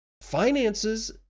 Finances